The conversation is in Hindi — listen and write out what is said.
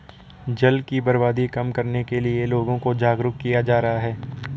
जल की बर्बादी कम करने के लिए लोगों को जागरुक किया जा रहा है